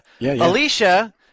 Alicia